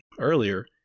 earlier